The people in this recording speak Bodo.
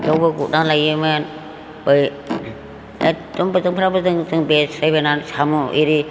बेयावबो गुथनानै लायोमोन बै एखदम बोजोंबा बोजों जों बेस्रायबोनानै साम' इरि